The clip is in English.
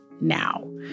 now